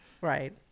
right